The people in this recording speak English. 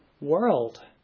world